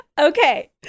Okay